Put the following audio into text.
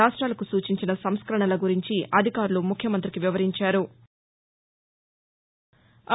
రాష్ట్రాలకు సూచించిన సంస్కరణల గురించి అధికారులు ముఖ్యమంతికి వివరించారు